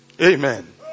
Amen